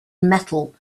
metal